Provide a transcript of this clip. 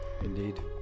Indeed